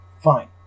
fine